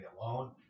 alone